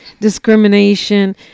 discrimination